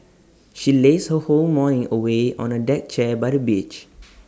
she lazed her whole morning away on A deck chair by the beach